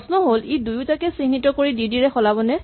প্ৰশ্ন হ'ল ই দুয়োটাকে চিহ্নিত কৰি "ডিডি" ৰে সলাবনে